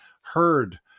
heard